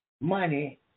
money